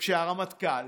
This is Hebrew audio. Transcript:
כשהרמטכ"ל